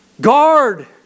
Guard